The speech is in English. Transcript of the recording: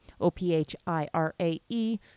O-P-H-I-R-A-E